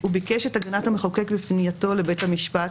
הוא ביקש את הגנת המחוקק בפנייתו לבית המשפט,